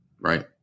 Right